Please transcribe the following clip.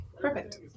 Perfect